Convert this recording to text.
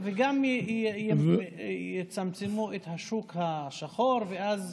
וגם יצמצמו את השוק השחור, ואז